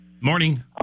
Morning